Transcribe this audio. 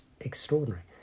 extraordinary